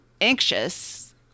anxious